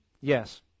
Yes